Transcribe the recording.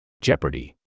Jeopardy